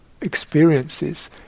experiences